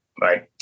right